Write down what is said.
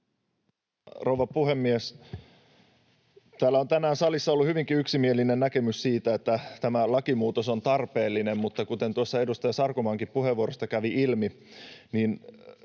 Rouva puhemies! Täällä salissa on tänään ollut hyvinkin yksimielinen näkemys siitä, että tämä lakimuutos on tarpeellinen, mutta kuten tuossa edustaja Sarkomaankin puheenvuorosta kävi ilmi, niin